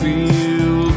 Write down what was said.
Feel